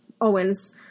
owens